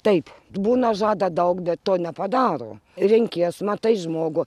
taip būna žada daug bet to nepadaro renkies matai žmogų